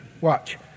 Watch